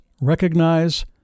recognize